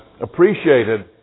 appreciated